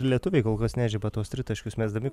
lietuviai kol kas nežiba tuos tritaškius mesdami